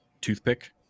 toothpick